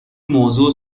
موضوع